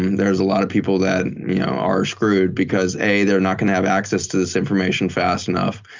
there's a lot of people that are screwed because a, they're not going to have access to this information fast enough.